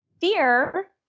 Fear